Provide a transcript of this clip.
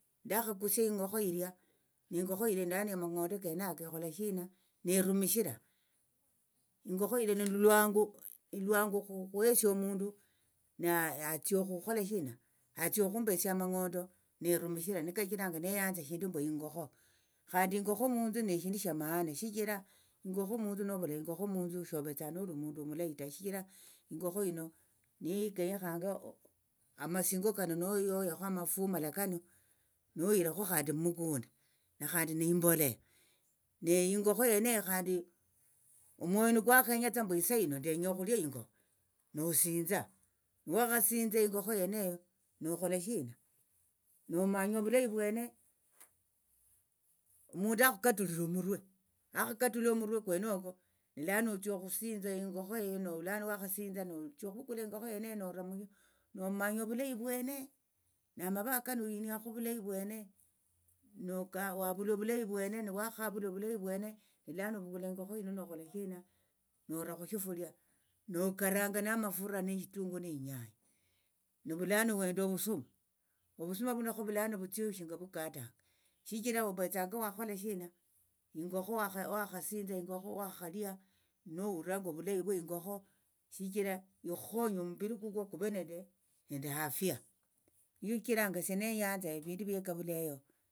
Ndakhakusia ingokho ilia ne ingokho hilia lano amang'ondo kenako ikhola shina nerumishira ingokho ilia ne lwangu lwangu khu okhuhesia omundu naye atsia okhukhola shina atsia okhumbesia amang'ondo nerumishira neko kachiranga neyanza eshindu mbu ingokho khandi ingokho munthu neshindu sha maana shichira ingokho munthu novula ingokho munthu shovetsa noli omundu omulayi ta shichira ingokho yino neyo ikenyekhanga amasingo kano noyoyakho amafumala kano noyirakho khandi mukunda na khandi neyimboleya neingokho yeneyo khandi omwoyo nokwakhenyatsa mbu sahino ndenya okhulia ingokho nosinza niwakhasinza ingokho yeneyo nokhola shina nomanya ovulayi vwene mundu akhukatulire omurwe akhakatula omurwe kweneko nelano otsia okhusinza ingokho heyo ne vulano wakhasinza notsia okhuvukula ingokho yeneyo nora mushi nomanya ovulayi vwene namava aja noyiniakho vulayi vwene nelano ovukula ingokho hino nokhola shina, nora khushifuria nokaranga namafura neshitunguo neinyanya ni vulano wenda ovusuma ovusuma vuno khovulano vutsie shinga vukatanga shichira ovethanga wakhola shina ingokho wakhasinza ingokho wakhalia nohuliranga ovulayi vwe ingokho shichira ikhukhonye omumbiri kukwo kuve nende afia shichiranga esie neyanza evindu vyekavula eyo.